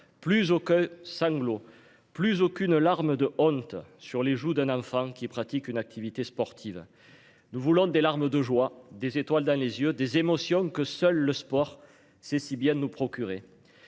plus haut que sanglots plus aucune larme de honte sur les joues d'un enfant qui est pratique une activité sportive. Nous voulons des larmes de joie des étoiles dans les yeux des émotions que seul le sport Cécilia nous procurer.